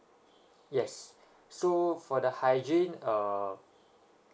yes so for the hygiene uh